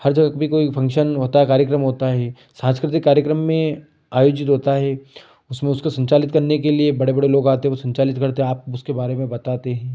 हर जगह भी कोई फंक्शन होता है कार्यक्रम होता है सांस्कृतिक कार्यक्रम में आयोजित होता है उसमें उसको संचालित करने के लिए बड़े बड़े लोग आते हैं वो संचालित करते हैं आप उसके बारे में बताते हैं